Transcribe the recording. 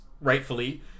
rightfully